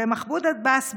ומחמוד עבאס,